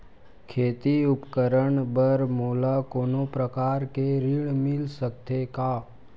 खेती उपकरण बर मोला कोनो प्रकार के ऋण मिल सकथे का?